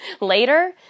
later